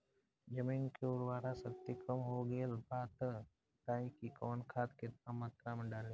जमीन के उर्वारा शक्ति कम हो गेल बा तऽ बताईं कि कवन खाद केतना मत्रा में डालि?